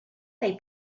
they